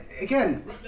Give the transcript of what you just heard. again